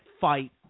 fight